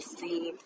seen